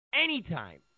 anytime